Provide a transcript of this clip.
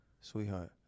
Sweetheart